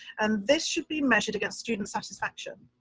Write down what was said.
and this should be measured against student satisfaction.